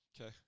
Okay